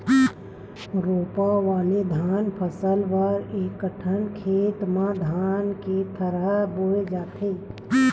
रोपा वाले धान फसल बर एकठन खेत म धान के थरहा बोए जाथे